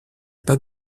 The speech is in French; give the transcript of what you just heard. pas